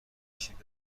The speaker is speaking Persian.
شیوع